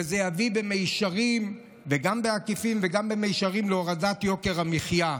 וזה יביא במישרין וגם בעקיפין להורדת יוקר המחיה.